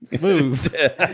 move